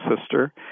sister